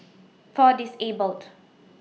For Disabled